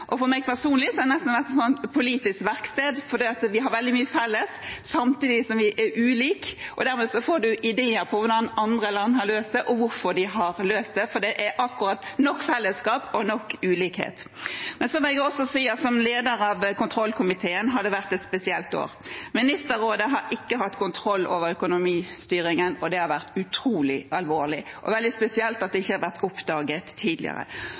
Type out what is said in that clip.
For meg personlig har det nesten vært et politisk verksted, for vi har veldig mye felles, samtidig som vi er ulike. Dermed får man ideer om hvordan andre land har løst det, og hvorfor de har løst det, for det er akkurat nok fellesskap og nok ulikhet. Men som jeg også sier, som leder av kontrollkomiteen har det vært et spesielt år. Ministerrådet har ikke hatt kontroll over økonomistyringen. Det har vært utrolig alvorlig, og det er veldig spesielt at det ikke har vært oppdaget tidligere.